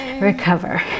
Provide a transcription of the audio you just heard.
Recover